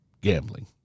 gambling